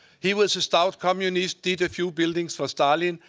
he was a stout communist, did a few buildings for stalin,